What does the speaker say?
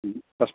ह्म् अस्तु